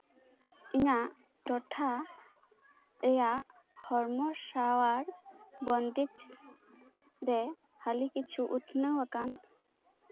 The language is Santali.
ᱤᱧᱟᱹᱜ ᱴᱚᱴᱷᱟ ᱨᱮᱭᱟᱜ ᱦᱚᱲᱢᱚ ᱥᱟᱶᱟᱨ ᱵᱚᱱᱫᱮᱡᱽ ᱨᱮ ᱦᱟᱹᱞᱤ ᱠᱤᱪᱷᱩ ᱩᱛᱱᱟᱹᱣ ᱟᱠᱟᱱ